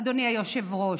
אדוני היושב-ראש.